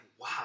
wow